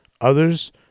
Others